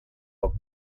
foc